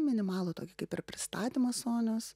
minimalų tokį kaip ir pristatymą sonios